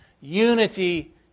unity